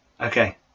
Okay